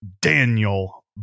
Daniel